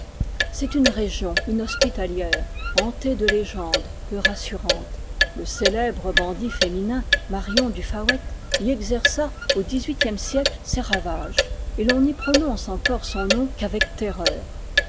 c'est une région inhospitalière hantée de légendes peu rassurantes le célèbre bandit féminin marion du faouët y exerça au xviiie siècle ses ravages et l'on n'y prononce encore son nom qu'avec terreur